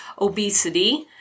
obesity